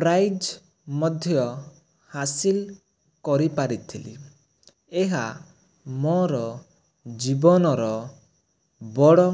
prize ମଧ୍ୟ ହାସିଲ୍ କରିପାରିଥିଲି ଏହା ମୋର ଜୀବନର ବଡ଼